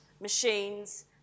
machines